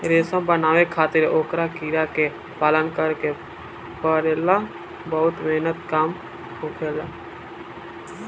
रेशम बनावे खातिर ओकरा कीड़ा के पालन करे के पड़ेला बहुत मेहनत के काम होखेला